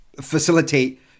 facilitate